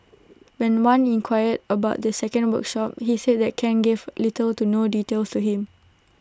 when wan inquired about the second workshop he said that Ken gave little to no details to him